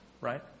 right